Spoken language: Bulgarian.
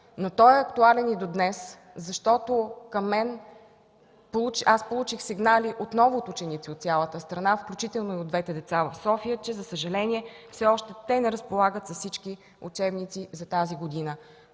но той е актуален и до днес, защото получих отново сигнали от ученици от цялата страна, включително и от двете деца от София, че, за съжаление, те все още не разполагат с всички учебници за тази година.